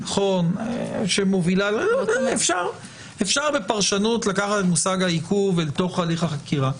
בדיקה שמובילה אפשר בפרשנות לקחת את מושג העיכוב אל תוך הליך החקירה.